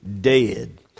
dead